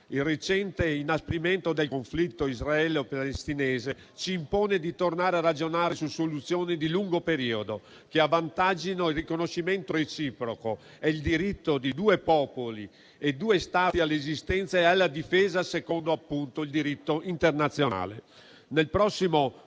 Il recente inasprimento del conflitto israelo-palestinese ci impone di tornare a ragionare su soluzioni di lungo periodo, che avvantaggino il riconoscimento reciproco e il diritto di due popoli e due Stati all'esistenza e alla difesa, secondo appunto il diritto internazionale. Nel prossimo